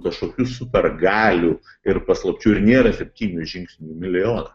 kažkokių super galių ir paslapčių ir nėra septynių žingsnių į milojoną